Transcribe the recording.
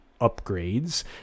upgrades